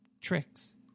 tricks